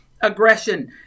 aggression